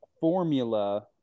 formula